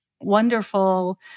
wonderful